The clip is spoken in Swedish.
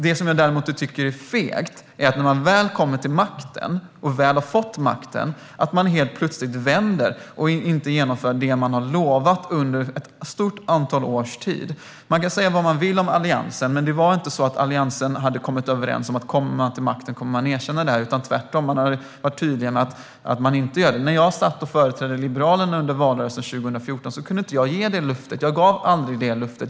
Det som jag däremot tycker är fegt är att man, när man väl har fått makten, helt plötsligt vänder och inte genomför det som man har lovat under ett stort antal år. Man kan säga vad man vill om Alliansen, men Alliansen hade inte kommit överens om att erkänna detta folkmord om man kom till makten. Tvärtom hade man varit tydlig med att man inte skulle göra det. När jag företrädde Liberalerna under valrörelsen 2014 kunde jag inte ge detta löfte. Jag gav aldrig det löftet.